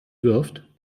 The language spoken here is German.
wirft